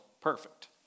perfect